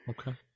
Okay